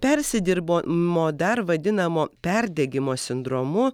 persidirbomo dar vadinamo perdegimo sindromu